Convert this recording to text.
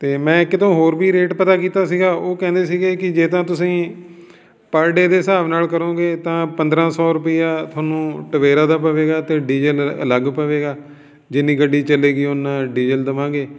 ਅਤੇ ਮੈਂ ਕਿਤੋਂ ਹੋਰ ਵੀ ਰੇਟ ਪਤਾ ਕੀਤਾ ਸੀਗਾ ਉਹ ਕਹਿੰਦੇ ਸੀਗੇ ਕਿ ਜੇ ਤਾਂ ਤੁਸੀਂ ਪਰ ਡੇ ਦੇ ਹਿਸਾਬ ਨਾਲ ਕਰੋਂਗੇ ਤਾਂ ਪੰਦਰਾਂ ਸੌ ਰੁਪਇਆ ਤੁਹਾਨੂੰ ਟਬੇਰਾ ਦਾ ਪਵੇਗਾ ਅਤੇ ਡੀਜਲ ਅਲੱਗ ਪਵੇਗਾ ਜਿੰਨੀ ਗੱਡੀ ਚੱਲੇਗੀ ਉਨਾ ਡੀਜ਼ਲ ਦੇਵਾਂਗੇ